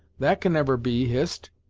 that can never be, hist.